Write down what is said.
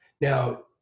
Now